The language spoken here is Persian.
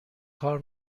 کار